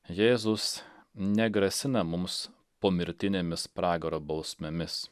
jėzus negrasina mums pomirtinėmis pragaro bausmėmis